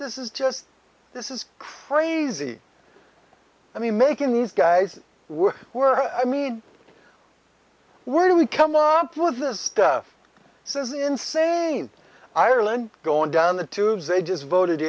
this is just this is crazy i mean making these guys were were i mean where do we come up with this stuff this is insane ireland going down the tubes they just voted